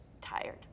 tired